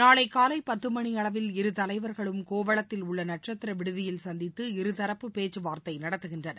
நாளை காலை பத்து மணியளவில் இரு தலைவர்களும் கோவளத்தில் உள்ள நட்சத்திர விடுதியில் சந்தித்து இருதரப்பு பேச்சு வார்த்தை நடத்துகின்றனர்